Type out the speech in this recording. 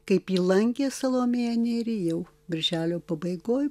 kaip ji lankė salomėją nėrį jau birželio pabaigoj